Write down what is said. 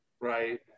Right